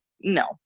no